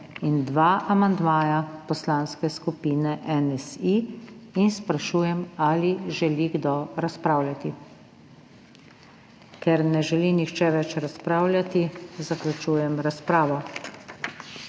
in dva amandmaja Poslanske skupine NSi in sprašujem, ali želi kdo razpravljati. Ker ne želi nihče več razpravljati, zaključujem razpravo.